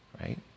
right